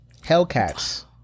Hellcats